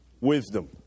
Wisdom